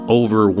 over